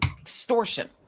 Extortion